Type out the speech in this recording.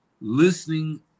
listening